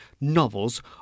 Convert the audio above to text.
novels